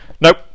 Nope